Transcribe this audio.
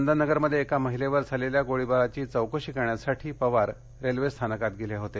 चंदननगरमध्ये एका महिलेवर झालेल्या गोळीबाराची चौकशी करण्यासाठी पवार रेल्वे स्थानकात गेले होते